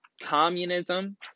communism